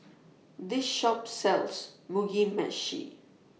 This Shop sells Mugi Meshi